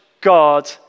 God